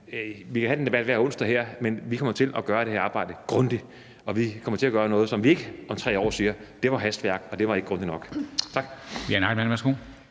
vi kan have den her debat hver onsdag, men vi kommer til at gøre det her arbejde grundigt, og vi kommer ikke til at gøre noget, der foranlediger, at vi om 3 år siger, at det var hastværk, og at det ikke var grundigt nok. Tak.